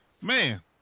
man